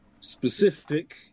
specific